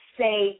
say